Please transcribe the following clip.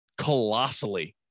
colossally